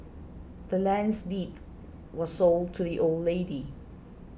the land's deed was sold to the old lady